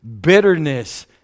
bitterness